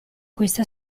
questa